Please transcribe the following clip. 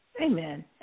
Amen